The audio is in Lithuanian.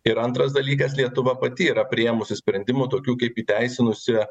ir antras dalykas lietuva pati yra priėmusi sprendimų tokių kaip įteisinusi